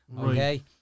okay